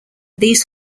these